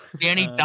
Danny